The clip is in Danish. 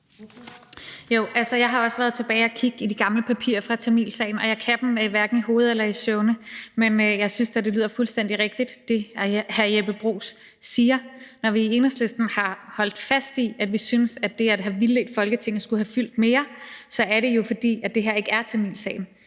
jeg har også været tilbage og kigge i de gamle papirer fra tamilsagen. Jeg kan dem hverken i hovedet eller i søvne, men jeg synes da, det lyder fuldstændig rigtigt, hvad hr. Jeppe Bruus siger. Når vi i Enhedslisten har holdt fast i, at vi synes, at det at have vildledt Folketinget kunne have fyldt mere, så er det jo, fordi det her ikke er tamilsagen.